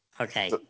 okay